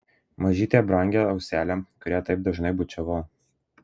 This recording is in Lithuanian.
mažytę brangią auselę kurią taip dažnai bučiavau